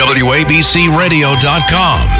wabcradio.com